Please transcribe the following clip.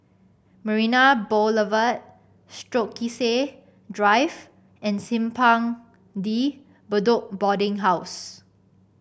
Marina Boulevard Stokesay Drive and Simpang De Bedok Boarding House